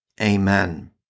Amen